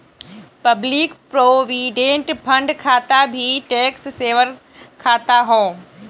public provident fund खाता भी tax saver खाता हौ